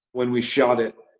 when we shot it,